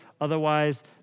Otherwise